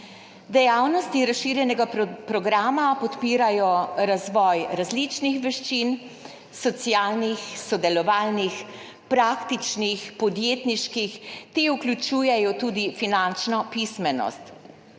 Dejavnosti razširjenega programa podpirajo razvoj različnih veščin – socialnih, sodelovalnih, praktičnih, podjetniških. Te vključujejo tudi finančno pismenost.